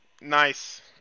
Nice